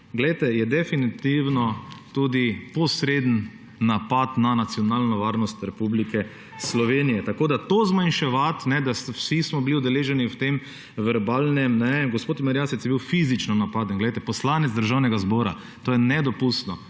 poslanca je definitivno tudi posreden napad na nacionalno varnost Republike Slovenije. Tako da to zmanjševati, da smo bili vsi udeleženi v tem verbalnem, ne vem … Gospod Merjasec je bil fizično napaden. Poslanec Državnega zbora – to je nedopustno.